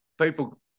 people